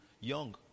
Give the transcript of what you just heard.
young